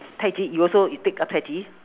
tai chi you also you take up tai chi